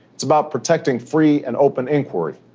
it's about protecting free and open inquiry.